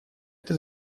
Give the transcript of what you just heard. это